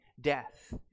death